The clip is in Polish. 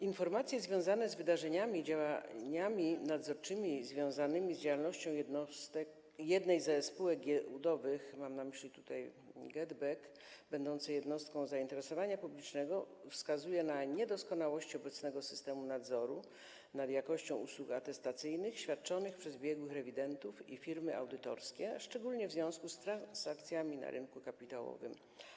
Informacje związane z wydarzeniami i działaniami nadzorczymi związanymi z działalnością jednej ze spółek giełdowych - mam na myśli tutaj GetBack - będącej jednostką zainteresowania publicznego wskazują na niedoskonałość obecnego systemu nadzoru nad jakością usług atestacyjnych świadczonych przez biegłych rewidentów i firmy audytorskie, a szczególnie w związku z transakcjami na rynku kapitałowym.